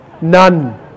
none